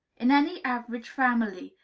in any average family,